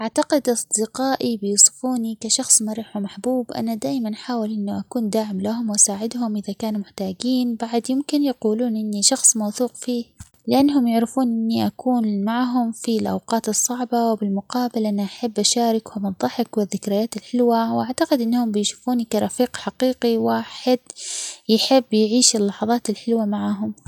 أعتقد أصدقائي بيوصفوني كشخص مرح ومحبوب، أنا دايماً أحاول إنو أكون داعم لهم وأساعدهم إذا كانوا محتاجين بعد ممكن يقولون إني شخص موثوق فيه لأنهم يعرفون إني أكون معهم في الأوقات الصعبة وبالمقابل إني أحب اشاركهم الضحك والذكريات الحلوة وأعتقد إنهم بيشوفوني كرفيق حقيقي واحد يحب يعيش اللحظات الحلوة معاهم.